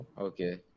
Okay